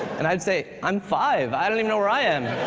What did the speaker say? and i'd say, i'm five. i don't even know where i am.